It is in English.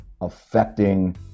affecting